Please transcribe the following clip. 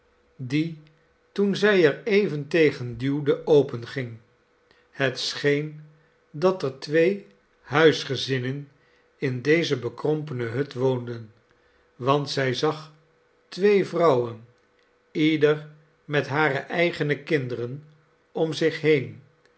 die toen zij er even tegen duwde openging het scheen dat er twee huisgezinnen in deze bekrompene hut woonden want zij zag twee vrouwen ieder met hare eigene kinderen om zich heen